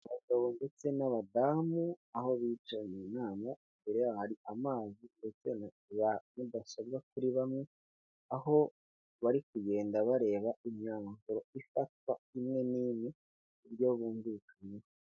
Abagabo ndetse n'abadamu aho bicaye mu nama, imbere yaho hari amazi ndetse na za mudasobwa kuri bamwe, aho bari kugenda bareba imyanzuro ifatwa imwe n'imwe mu buryo bumvikanyeho.